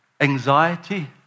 anxiety